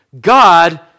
God